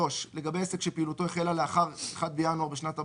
(3)לגבי עסק שפעילותו החלה לאחר יום 1 בינואר בשנת הבסיס,